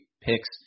picks